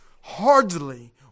hardly